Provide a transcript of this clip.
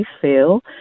feel